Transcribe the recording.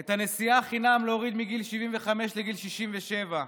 את הנסיעה חינם להוריד מגיל 75 לגיל 67,